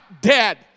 dead